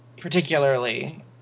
Particularly